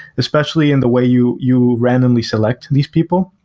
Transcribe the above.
especially in the way you you randomly select these people.